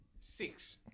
Six